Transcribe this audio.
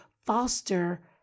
foster